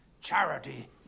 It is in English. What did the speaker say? Charity